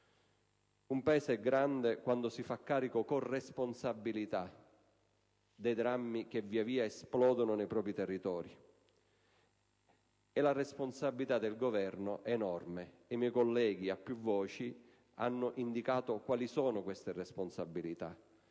Un Paese è grande quando si fa carico con responsabilità dei drammi che via via esplodono nei propri territori. La responsabilità del Governo è enorme. I miei colleghi hanno indicato a più voci quali sono queste responsabilità,